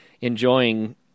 enjoying